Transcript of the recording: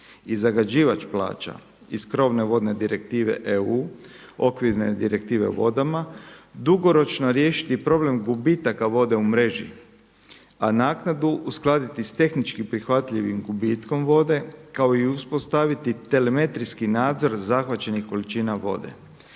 i zagađivač plaća, iz krovne vodne direktive EU, okvirne direktive o vodama, dugoročno riješiti problem gubitaka vode u mreži, a naknadu uskladiti s tehnički prihvatljivim gubitkom vode kao i uspostaviti telemetrijski nadzor zahvaćenih količina vode.